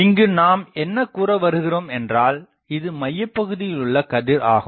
இங்கு நாம் என்ன கூற வருகிறோம் என்றால் இது மையப்பகுதியில் உள்ள கதிர் ஆகும்